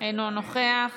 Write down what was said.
אינו נוכח.